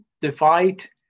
divide